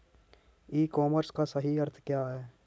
ई commerce का सही अर्थ क्या है?